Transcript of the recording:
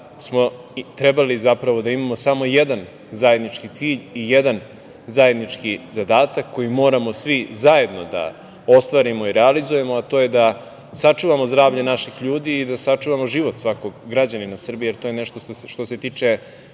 smo trebali zapravo da imamo samo jedan zajednički cilj i jedan zajednički zadatak koji moramo svi zajedno da ostvarimo i realizujemo, a to je da sačuvamo zdravlje naših ljudi i da sačuvamo život svakog građanina Srbije, jer to je nešto što se tiče,